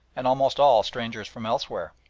and almost all strangers from elsewhere.